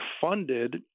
funded